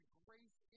grace